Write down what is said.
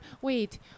wait